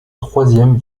troisième